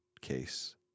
case